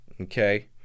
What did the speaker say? okay